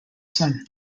sun